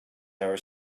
our